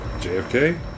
JFK